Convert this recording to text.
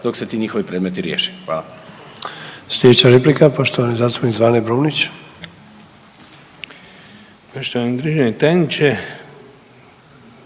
dok se ti njihovi predmeti riješe. Hvala.